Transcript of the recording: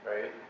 right